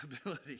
ability